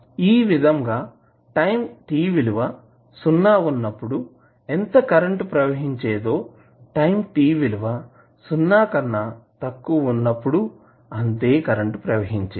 ఈ విధంగా time t విలువ సున్నా ఉన్నప్పుడు ఎంత కరెంటు ప్రవహించేదో టైం t విలువ సున్నా కన్నా తక్కువ ఉన్నప్పుడు అంతే కరెంటు ప్రవహించేది